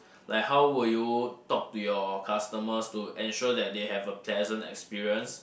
like how will you talk to your customers to ensure that they have a pleasant experience